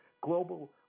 global